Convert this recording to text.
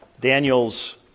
Daniel's